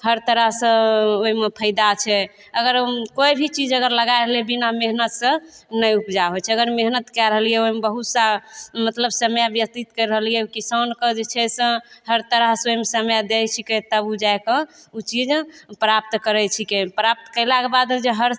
हर तरहसँ ओइमे फायदा छै अगर कोइ भी चीज अगर लगाय रहलइ बिना मेहनतसँ नहि उपजा होइ छै अगर मेहनत कए रहलियै ओइमे बहुत सा मतलब समय व्यतीत करि रहलियै किसानके जे छै से हर तरहसँ ओइमे समय दै छीकै तब उ जाइके उ चीज प्राप्त करय छीकै प्राप्त कयलाके बाद हर तरह